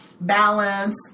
Balance